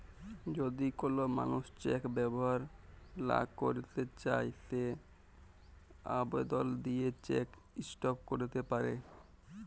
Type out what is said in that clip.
যদি কল মালুস চ্যাক ব্যাভার লা ক্যইরতে চায় সে আবদল দিঁয়ে চ্যাক ইস্টপ ক্যইরতে পারে